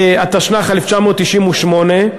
התשנ"ח 1998,